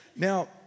Now